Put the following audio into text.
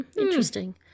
Interesting